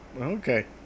Okay